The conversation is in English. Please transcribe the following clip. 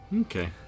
Okay